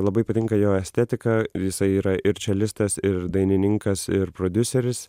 labai patinka jo estetika jisai yra ir čelistas ir dainininkas ir prodiuseris